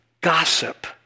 Gossip